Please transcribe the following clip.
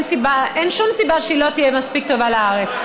אין שום סיבה שהיא לא תהיה מספיק טובה לארץ.